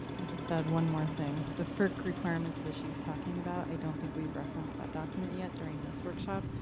i'll just add one more thing. the ferc requirements that she's talking about, i don't think we've referenced that document yet during this workshop.